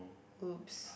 oops